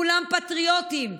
כולם פטריוטים.